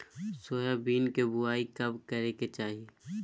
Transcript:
Soybean के बुआई कब करे के चाहि?